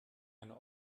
eine